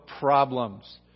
problems